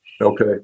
Okay